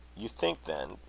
you think, then,